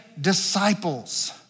disciples